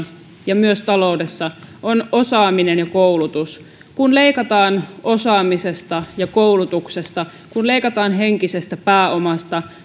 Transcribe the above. ja myös taloudessa on osaaminen ja koulutus kun leikataan osaamisesta ja koulutuksesta kun leikataan henkisestä pääomasta